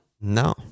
No